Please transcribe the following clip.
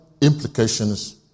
implications